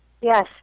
Yes